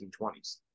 1920s